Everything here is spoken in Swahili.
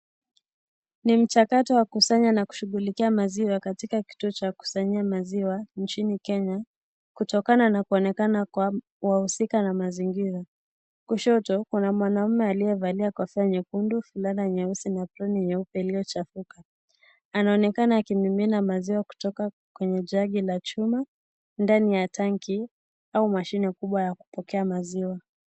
Ni mchakato wa kukusanya na kushughulikia maziwa katika kituo cha kukusanyia maziwa nchini Kenya kutokana na kuonekana kwa wahusika na mazingira. Kushoto kuna mwanamume aliyevalia kofia nyekundu, fulana nyeusi na apron nyeupe iliyochafuka. Anaonekana akimimina maziwa kutoka kwenye jagi la chuma ndani ya tanki au mashine kubwa ya kupokea maziwa.